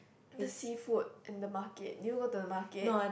the seafood in the market do you go to the market